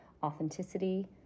authenticity